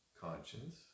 conscience